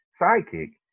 sidekick